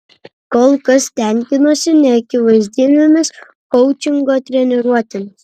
kol kas tenkinuosi neakivaizdinėmis koučingo treniruotėmis